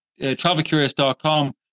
travelcurious.com